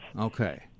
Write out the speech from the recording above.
Okay